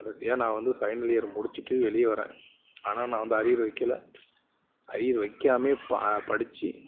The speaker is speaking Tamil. கடைசியாக நான் வந்து ஃபைனல் இயர் முடித்துட்டு வெளியே வரேன் ஆனால் நான் வந்து அரியர் வைக்கலை அரியர் வைக்காமையே ப படித்து